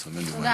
תודה.